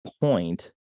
point